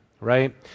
right